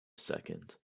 second